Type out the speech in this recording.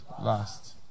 Last